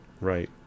Right